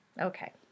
Okay